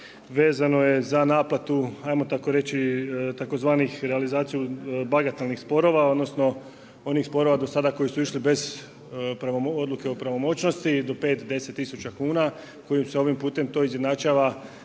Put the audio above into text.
vezano je za naplatu ajmo tako reći tzv. realizaciju bagatelnih sporova odnosno onih sporova do sada koji su išli bez odluke o pravomoćnosti do 5, 10 tisuća kuna koji se ovim putem to izjednačava